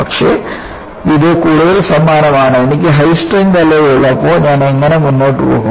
പക്ഷേ ഇത് കൂടുതൽ സമാനമാണ് എനിക്ക് ഹൈ സ്ട്രെങ്ത് അലോയ് ഉള്ളപ്പോൾ ഞാൻ എങ്ങനെ മുന്നോട്ട് പോകും